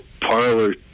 parlor